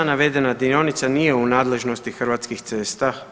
Navedena dionica nije u nadležnosti Hrvatskih cesta.